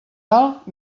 alt